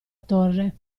torre